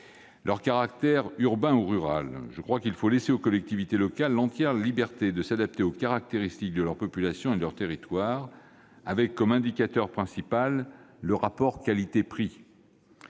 leur caractère urbain ou rural, il faut laisser aux collectivités locales l'entière liberté de s'adapter aux caractéristiques de leur population et de leur territoire avec comme indicateur principal le rapport qualité-prix.